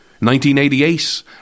1988